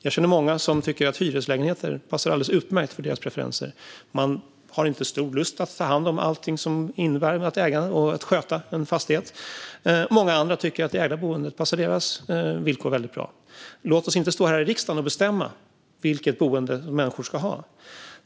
Jag känner många som tycker att hyreslägenheter passar alldeles utmärkt för deras preferenser. De har inte stor lust att ta hand om allt som det innebär att äga och sköta en fastighet. Många andra tycker att det ägda boendet passar deras villkor mycket bra. Låt oss inte stå här i riksdagen och bestämma vilket boende som människor ska ha.